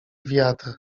wiatr